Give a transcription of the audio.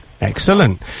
Excellent